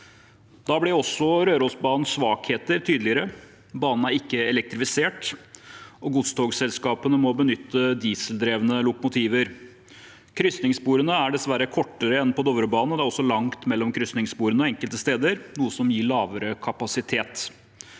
Da ble også Rørosbanens svakheter tydeligere: Banen er ikke elektrifisert, og godstogselskapene må benytte dieseldrevne lokomotiver. Krysningssporene er dessverre kortere enn på Dovrebanen, og det er også langt mellom krysningssporene enkelte steder, noe som gir lavere kapasitet.